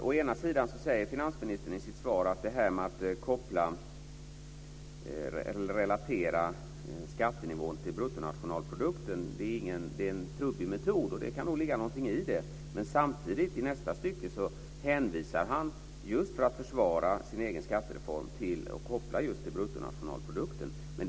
Å ena sidan sade finansministern i sitt svar att relateringen av skattenivån till bruttonationalprodukten är en trubbig metod. Det kan nog ligga någonting i det. Men å andra sidan hänvisade han till, just för att försvara sin egen skattereform, bruttonationalprodukten.